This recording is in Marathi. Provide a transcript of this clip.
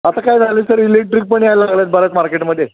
आता काय झालं आहे सर इलेक्ट्रिक पण यायला लागल्या आहेत बऱ्याच मार्केटमध्ये